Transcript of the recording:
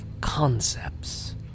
concepts